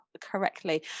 correctly